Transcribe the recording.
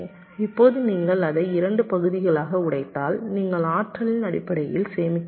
இப்போது நீங்கள் அதை 2 பகுதிகளாக உடைத்தால் நீங்கள் ஆற்றலின் அடிப்படையில் சேமிக்கிறீர்கள்